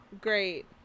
Great